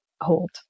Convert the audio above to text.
hold